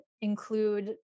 include